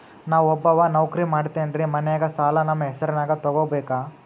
ನಾ ಒಬ್ಬವ ನೌಕ್ರಿ ಮಾಡತೆನ್ರಿ ಮನ್ಯಗ ಸಾಲಾ ನಮ್ ಹೆಸ್ರನ್ಯಾಗ ತೊಗೊಬೇಕ?